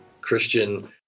Christian